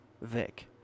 Vic